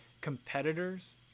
competitors